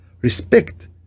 Respect